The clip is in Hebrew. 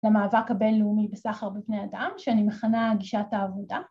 ‫למאבק הבינלאומי בסחר בבני אדם, ‫שאני מכנה גישת העבודה.